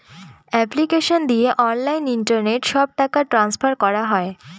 application দিয়ে online internet সব টাকা ট্রান্সফার করা হয়